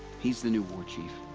he's the new warchief.